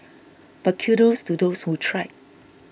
but kudos to those who tried